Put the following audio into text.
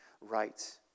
right